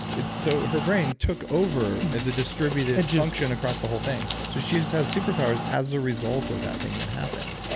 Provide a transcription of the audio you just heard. so her brain took over as a distributed function across the whole thing. so she just has superpowers as a result of that thing that happened.